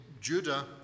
Judah